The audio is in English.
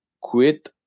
quit